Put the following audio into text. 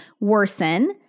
worsen